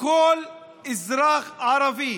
כל אזרח ערבי